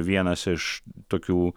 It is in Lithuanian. vienas iš tokių